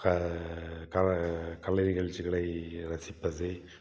கா கலை நிகழ்ச்சிகளை ரசிப்பது